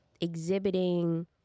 exhibiting